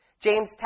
James